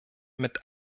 mit